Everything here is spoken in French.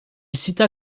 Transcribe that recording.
cita